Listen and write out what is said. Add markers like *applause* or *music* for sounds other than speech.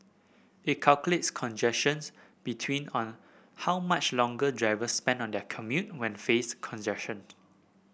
it calculates congestions between on how much longer drivers spend on their commute when faced congestion *unintelligible*